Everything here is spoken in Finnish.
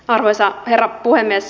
arvoisa herra puhemies